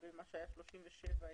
מה שהיה סעיף 37,